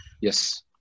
Yes